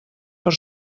per